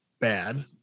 bad